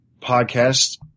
podcast